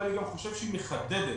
ואני גם חושב שהיא מחדדת